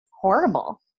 horrible